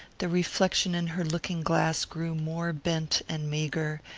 the reflection in her looking-glass grew more bent and meagre,